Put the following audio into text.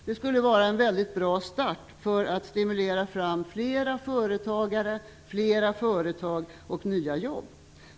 Det skulle vara en väldigt god start för att stimulera fram fler företagare, fler företag och nya jobb.